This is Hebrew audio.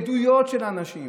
עדויות של אנשים,